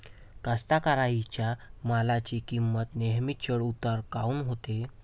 कास्तकाराइच्या मालाची किंमत नेहमी चढ उतार काऊन होते?